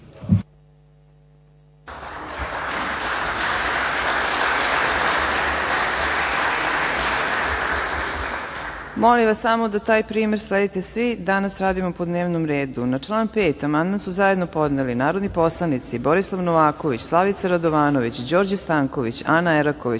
Molim vas samo da taj primer sledite svi. Danas radimo po dnevnom redu. Na član 5. amandman su zajedno podneli narodni poslanici Borislav Novaković, Slavica Radovanović, Đorđe Stanković, Ana Eraković,